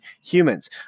humans